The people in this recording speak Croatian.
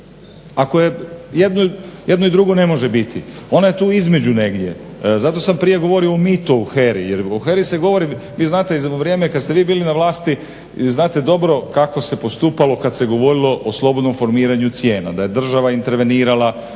Ako je, jedno i drugo ne može biti. Ona je tu između negdje. Zato sam prije govorio o mitu o Heri, jer o Heri se govori, vi znate u vrijeme kad ste vi bili na vlasti znate dobro kako se postupalo kad se govorilo o slobodnom formiranju cijena da je država intervenirala